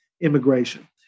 immigration